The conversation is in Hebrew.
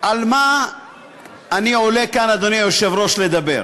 על מה אני עולה כאן, אדוני היושב-ראש, לדבר?